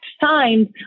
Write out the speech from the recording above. signs